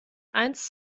eins